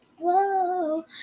Whoa